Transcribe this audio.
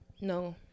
No